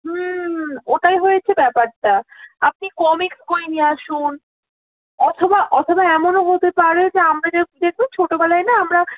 হুম ওটাই হয়েছে ব্যাপারটা আপনি কমিক্স বই নিয়ে আসুন অথবা অথবা এমনও হতে পারে যে আমরা যেহেতু যে খুব ছোটবেলায় না আমরা